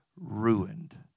ruined